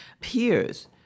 peers